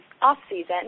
off-season